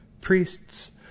Priests